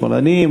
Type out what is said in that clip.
שמאלנים.